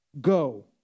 go